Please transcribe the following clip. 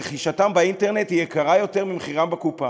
רכישתם באינטרנט יקרה יותר מאשר בקופה.